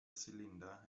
cylinder